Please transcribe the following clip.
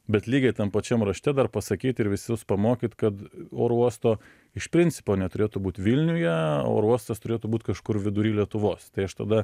bet lygiai tam pačiam rašte dar pasakyt ir visus pamokyt kad oro uosto iš principo neturėtų būt vilniuje oro uostas turėtų būt kažkur vidury lietuvos tai aš tada